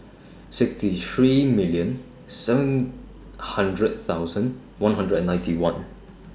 sixty three million seven hundred thousand one hundred and ninety one